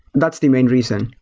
that's the main reason.